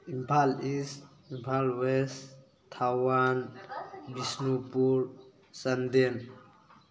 Imphal is Imphal was Thoubal Bishnupur Chandel